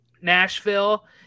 Nashville